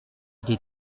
des